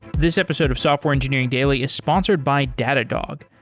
this episode of software engineering daily is sponsored by datadog.